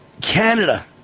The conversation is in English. Canada